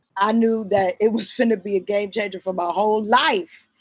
i knew that it was finna be a game changer for my whole life.